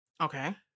Okay